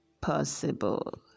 possible